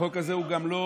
החוק הזה, אין עליו